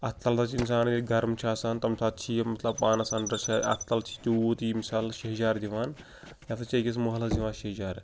اَتھ تَل حظ چھِ اِنسان ییٚلہِ گَرم چھُ آسان تٔمۍ ساتہٕ چھِ یہِ مطلب پانَس اَنڈَر چھِ اَتھ تَلہٕ چھِ تیوٗت یہِ مِثال شہجار دِوان یہِ ہَسا چھِ أکِس محلَس دِوان شہجارٕ